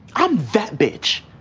i'm that bitch